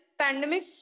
pandemic